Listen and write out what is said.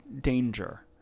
danger